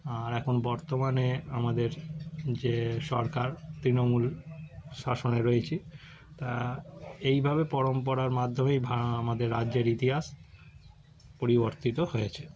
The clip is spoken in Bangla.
আর এখন বর্তমানে আমাদের যে সরকার তৃণমূল শাসনে রয়েছে তা এইভাবে পরম্পরার মাধ্যমেই বা আমাদের রাজ্যের ইতিহাস পরিবর্তিত হয়েছে